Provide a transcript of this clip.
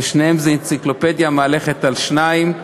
ושניהם הם אנציקלופדיה מהלכת על שתיים.